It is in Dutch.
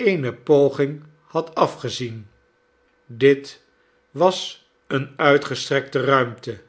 eene poging had afgezien dit was eene uitgestrekte ruimte